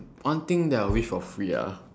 one thing that I wish for free ah